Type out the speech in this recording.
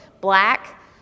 black